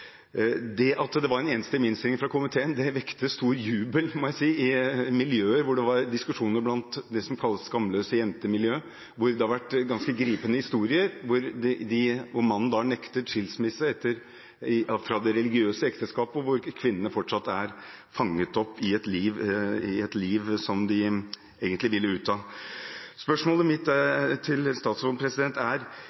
Det at det var en enstemmig innstilling fra komiteen, vakte stor jubel, må jeg si, i miljøet, bl.a. rundt dem som kalles «skamløse jenter». Det har vært diskusjoner og kommet ganske gripende historier – om menn som har nektet skilsmisse fra det religiøse ekteskapet, og om kvinner som fortsatt er fanget i et liv som de egentlig vil ut av. Spørsmålet mitt